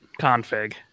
config